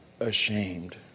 ashamed